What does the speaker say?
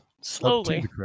slowly